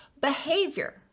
behavior